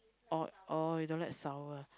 oh oh you don't like sour